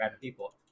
people